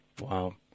Wow